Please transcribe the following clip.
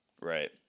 Right